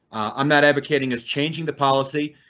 i'm not advocating as changing the policy,